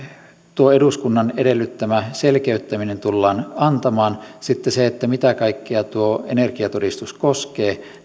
tuo eduskunnan edellyttämä selkeyttäminen tullaan antamaan sitten siinä mitä kaikkea tuo energiatodistus koskee